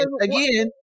Again